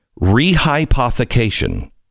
Rehypothecation